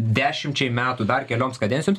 dešimčiai metų dar kelioms kadencijoms